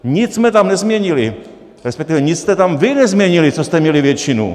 Nic jsme tam nezměnili, respektive nic jste tam vy nezměnili, co jste měli většinu.